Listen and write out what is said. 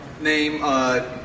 name